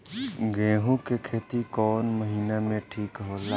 गेहूं के खेती कौन महीना में ठीक होला?